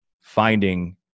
finding